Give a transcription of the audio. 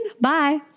Bye